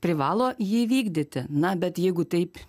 privalo jį įvykdyti na bet jeigu taip